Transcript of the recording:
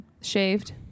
Shaved